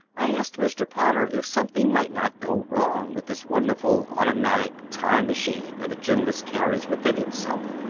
i asked mr. potter if something might not go wrong with this wonderful automatic time machine that a gymnast carries within himself.